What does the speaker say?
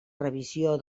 revisió